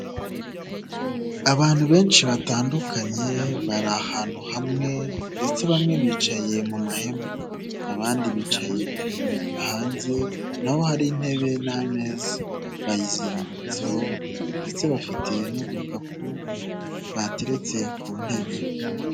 Abantu benshi batandukanye bari ahantu hamwe ndetse bamwe bicaye mu mahema, abandi bicaye hanze naho hari intebe n'ameza bayizengurutseho ndetse bafite n'udukapu bateretse ku ntebe.